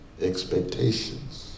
expectations